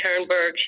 Turnberg